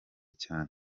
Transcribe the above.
cyane